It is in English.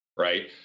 right